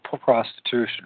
prostitution